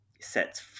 sets